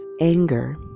anger